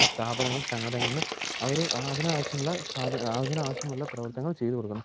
സ്ഥാപനങ്ങൾ സംഘടനകള് അവര് അതിനാവശ്യമുള്ള അതിനാവശ്യമുള്ള പ്രവർത്തനങ്ങൾ ചെയ്ത് കൊടുക്കുന്നു